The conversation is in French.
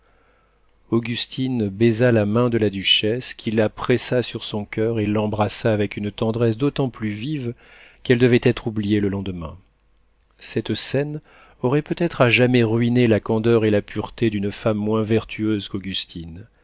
augustine baisa la main de la duchesse qui la pressa sur son coeur et l'embrassa avec une tendresse d'autant plus vive qu'elle devait être oubliée le lendemain cette scène aurait peut-être à jamais ruiné la candeur et la pureté d'une femme moins vertueuse qu'augustine